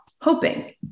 hoping